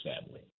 family